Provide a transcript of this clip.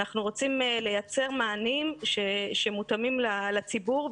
אנחנו רוצים לייצר מענים שמותאמים לציבור.